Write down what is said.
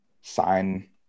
sign